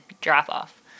drop-off